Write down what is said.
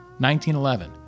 1911